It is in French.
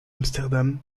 amsterdam